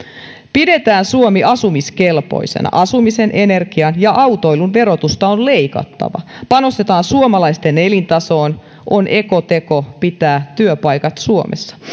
pidetään suomi asumiskelpoisena asumisen energian ja autoilun verotusta on leikattava panostetaan suomalaisten elintasoon on ekoteko pitää työpaikat suomessa